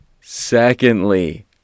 Secondly